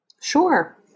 Sure